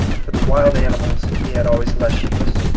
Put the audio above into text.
for the wild ani mals he had always less use.